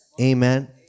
amen